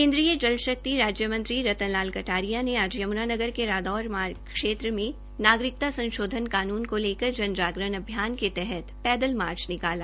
केन्द्रीय जल शक्ति राज्य मंत्री रतन लाल कटारिया ने आज यमुनानगर के रादौर मार्ग क्षेत्र में नागरिकता संशोधन कानून को लेकर जन जागरण अभियान के तहत पैदल मार्च निकाला